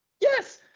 Yes